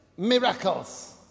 miracles